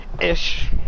ish